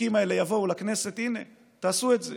החוקים האלה יבואו לכנסת, הינה, תעשו את זה: